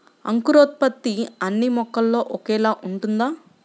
అంకురోత్పత్తి అన్నీ మొక్కలో ఒకేలా ఉంటుందా?